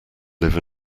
live